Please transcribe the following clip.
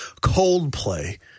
Coldplay